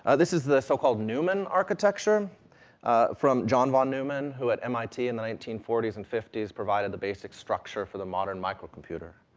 ah this is the so-called neumann architecture from john von neumann, who at mit, in the nineteen forty s and fifty s provided the basic structure for the modern microcomputer,